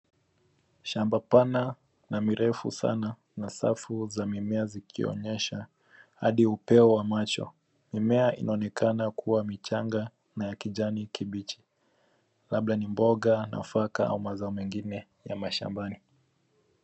Shamba pana na mirefu sana safu za mimea zikionyesha hadi upeo wa macho mimea unaonekana kuwa michanga na ya kijana kibichi labda ni mboga nafaka au mazao mingine shambani.